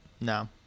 no